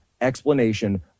explanation